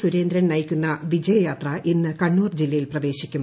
സുരേന്ദ്രൻ നയിക്കുന്ന വിജയ യാത്ര ഇന്ന് കണ്ണൂർ ജില്ലയിൽ പ്രവേശിക്കും